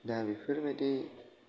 दा बेफोरबादि